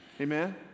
Amen